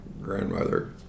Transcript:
grandmother